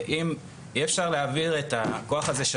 ואם יהיה אפשר להעביר את הכוח הזה של